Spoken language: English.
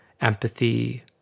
Empathy